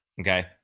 okay